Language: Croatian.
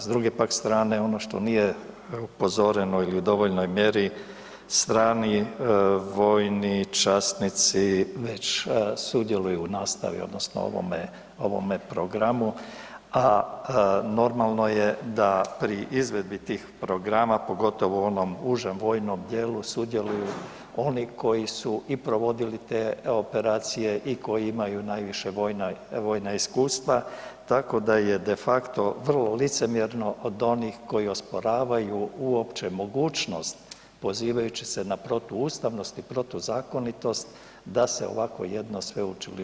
S druge pak strane, ono što nije upozoreno ili u dovoljnoj mjeri, strani vojni časnici već sudjeluju u nastavi, odnosno u ovome programu, a normalno je da pri izvedbi tih programa, pogotovo onom užem vojnom dijelu sudjeluju oni koji su i provodili te operaciji i koji imaju najviša vojna iskustva, tako da je de facto vrlo licemjerno od onih koji osporavaju uopće mogućnost, pozivajući se na protuustavnost i protuzakonitost, da se ovako jedno sveučilište formira.